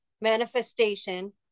manifestation